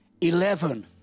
eleven